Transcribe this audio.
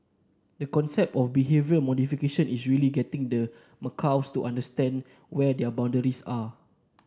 the concept of behavioural modification is really getting the macaques to understand where their boundaries are